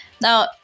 Now